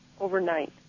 overnight